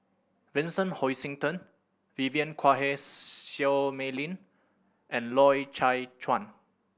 Vincent Hoisington Vivien Quahe Seah Mei Lin and Loy Chye Chuan